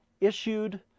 issued